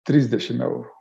trisdešim eurų